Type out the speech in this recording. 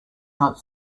not